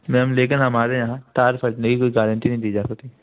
ma'am लेकिन हमारे यहाँ टायर फटने की कोई गारेंटी नहीं दी जा सकती